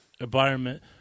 environment